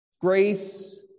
grace